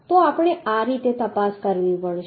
તો આ રીતે આપણે તપાસ કરવી પડશે